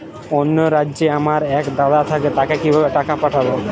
অন্য রাজ্যে আমার এক দাদা থাকে তাকে কিভাবে টাকা পাঠাবো?